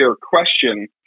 question